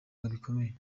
bikomeye